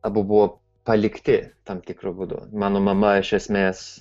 abu buvo palikti tam tikru būdu mano mama iš esmės